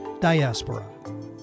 diaspora